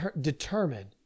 determine